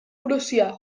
prussià